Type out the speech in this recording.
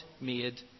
made